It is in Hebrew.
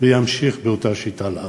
הוא ימשיך באותה שיטה לעבוד?